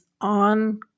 on